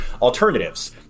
alternatives